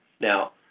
Now